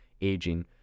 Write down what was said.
aging